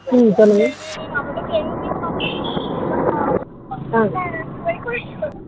ம் சொல்லுங்கள் ஆ